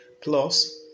plus